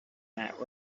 that